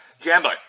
Jambo